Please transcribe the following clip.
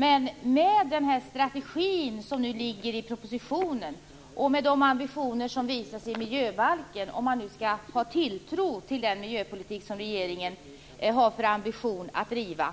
Men med den strategi som nu finns i propositionen och med de ambitioner som visas i miljöbalken - om man nu skall ha tilltro till den miljöpolitik som regeringen har som ambition att driva